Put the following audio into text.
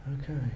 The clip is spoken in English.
Okay